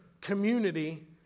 community